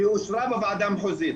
היא אושרה בוועדה המחוזית,